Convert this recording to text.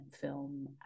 film